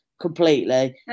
completely